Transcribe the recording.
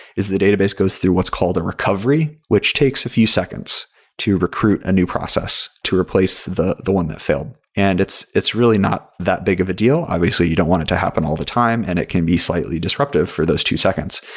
is the database goes through what's called a recovery, which takes a few seconds to recruit a new process to replace the the one that failed. and it's it's really not that big of a deal. obviously, you don't want it to happen all the time, and it can be slightly disruptive disruptive for those two seconds.